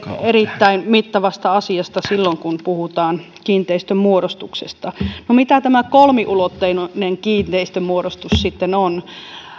erittäin mittavasta asiasta silloin kun puhutaan kiinteistönmuodostuksesta no mitä tämä kolmiulotteinen kiinteistönmuodostus sitten on